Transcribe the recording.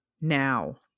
Now